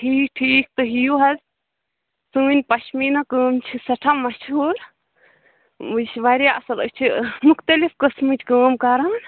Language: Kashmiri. ٹھیٖک ٹھیٖک تُہۍ یِیِو حظ سٲنۍ پشمیٖنہ کٲم چھِ سیٚٹھاہ مشہور یہ چھِ واریاہ اصل أسۍ چھِ مُختلِف قسمچ کٲم کران